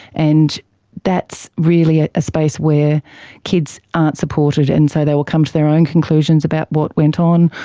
and that's really a space where kids aren't supported and so they will come to their own conclusions about what went on,